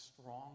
strong